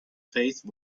face